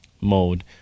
mode